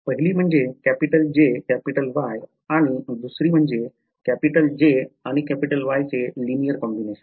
पहिली म्हणजे J आणि Y आणि दुसरी म्हणजे J आणि Y चे लिनियर कॉम्बिनेशन